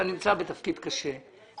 אתה נמצא בתפקיד קשה,